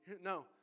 No